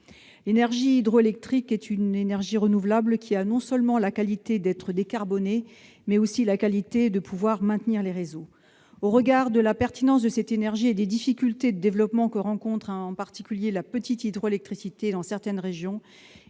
L'énergie hydroélectrique est une énergie renouvelable qui a l'avantage non seulement d'être décarbonée, mais aussi de permettre le maintien des réseaux. Au regard de la pertinence de cette énergie et des difficultés de développement que rencontre en particulier la petite hydroélectricité dans certaines régions,